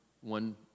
one